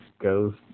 goes